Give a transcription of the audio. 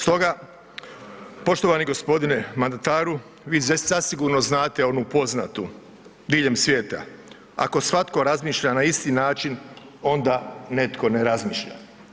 Stoga poštovani g. mandataru, vi zasigurno znate onu poznatu diljem svijeta „Ako svatko razmišlja na isti način onda netko ne razmišlja“